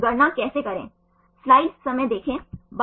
तो यदि एक ही दिशा है तो इसे समानांतर बीटा शीट कहा जाता है